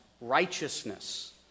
righteousness